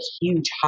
huge